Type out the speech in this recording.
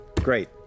Great